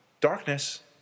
Darkness